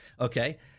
okay